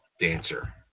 Dancer